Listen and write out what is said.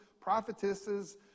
prophetesses